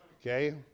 okay